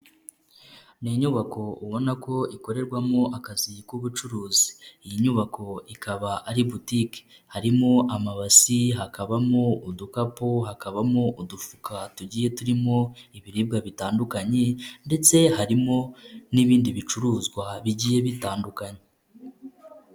Ni inyubako ubona ko ikorerwamo akazi k'ubucuruzi, iyi nyubako ikaba ari butike harimo amabasi, hakabamo udukapu, hakabamo udufuka tugiye turimo ibiribwa bitandukanye ndetse harimo n'ibindi bicuruzwa bigiye bitandukanye.